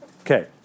Okay